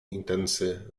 intensy